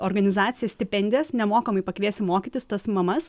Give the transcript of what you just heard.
organizacija stipendijas nemokamai pakviesim mokytis tas mamas